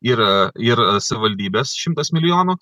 ir ir savivaldybės šimtas milijonų